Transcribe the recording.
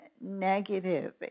negative